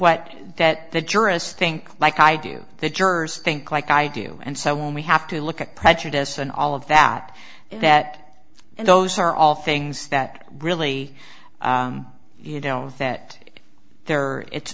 what that the tourists think like i do the jurors think like i do and so when we have to look at prejudice and all of that that and those are all things that really you know that there